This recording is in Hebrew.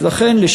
לכן,